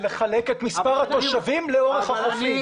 זה לחלק את מספר התושבים לאורך החופים.